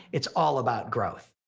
it's all about growth.